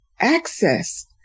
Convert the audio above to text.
access